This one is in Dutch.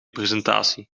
presentatie